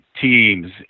teams